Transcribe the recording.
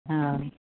हा